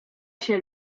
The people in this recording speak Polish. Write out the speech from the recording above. się